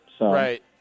Right